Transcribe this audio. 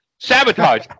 Sabotage